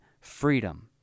freedom